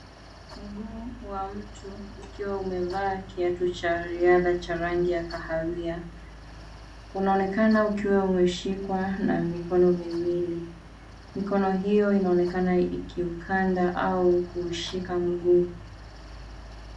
Mguu wa mtu ukiwa umevaa kiatu cha riadha cha rangi ya kahawia unaonekana ukiwa umeshikwa na mikono miwili. Mikono hiyo inaonekana ikiukanda au kuushika mguu.